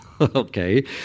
Okay